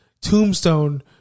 tombstone